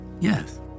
yes